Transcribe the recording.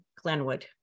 Glenwood